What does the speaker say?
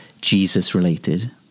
Jesus-related